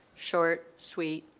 short, sweet,